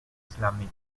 islamic